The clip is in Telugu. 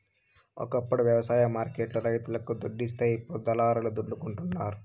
ఒకప్పుడు వ్యవసాయ మార్కెట్ లు రైతులకు దుడ్డిస్తే ఇప్పుడు దళారుల దండుకుంటండారు